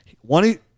one